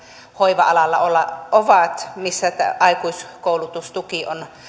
hoiva alalla ovat missä aikuiskoulutustuki on